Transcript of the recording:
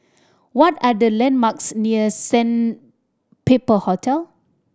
what are the landmarks near Sandpiper Hotel